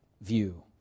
view